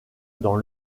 dans